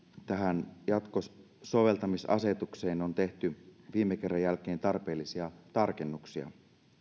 tähän jatkosoveltamisasetukseen on tehty viime kerran jälkeen tarpeellisia tarkennuksia